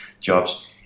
jobs